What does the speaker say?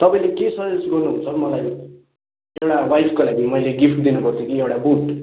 तपाईँले के सजेस्ट गर्नु हुन्छ हौ मलाई एउटा वाइफको लागि मैले गिफ्ट दिनु पर्थ्यो कि एउटा बुट